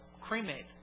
cremate